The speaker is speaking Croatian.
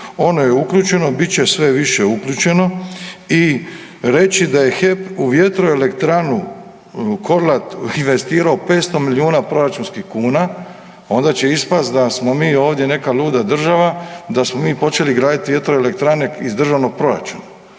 Ono je uključeno, bit će sve više uključeno i reći da je HEP u vjetroelektranu Korlat investirao 500 milijuna proračunskih kuna, onda će ispast da smo mi ovdje neka luda država, da smo mi počeli raditi vjetroelektrane iz državnog proračuna.